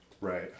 Right